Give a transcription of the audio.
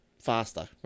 faster